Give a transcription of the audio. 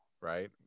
right